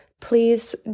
Please